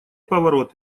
поворот